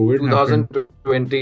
2020